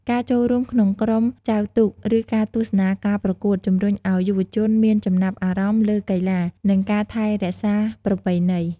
ការចូលរួមក្នុងក្រុមចែវទូក ឬការទស្សនាការប្រកួត ជំរុញឱ្យយុវជនមានចំណាប់អារម្មណ៍លើកីឡា និងការថែរក្សាប្រពៃណី។